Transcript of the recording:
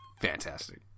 fantastic